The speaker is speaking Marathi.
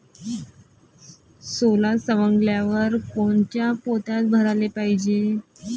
सोला सवंगल्यावर कोनच्या पोत्यात भराले पायजे?